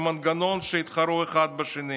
עם מנגנון שבו יתחרו אחד בשני.